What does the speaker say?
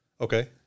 Okay